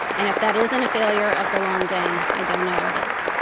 and if that isn't a failure of the long game, i don't know what it is.